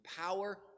power